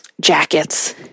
jackets